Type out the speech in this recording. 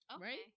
Right